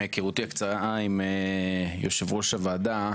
מהיכרותי הקצרה עם יושב-ראש הוועדה,